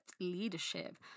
leadership